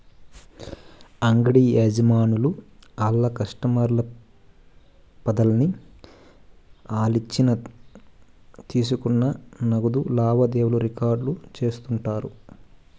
అంగిడి యజమానులు ఆళ్ల కస్టమర్ల పద్దుల్ని ఆలిచ్చిన తీసుకున్న నగదు లావాదేవీలు రికార్డు చేస్తుండారు